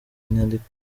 nyandiko